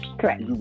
correct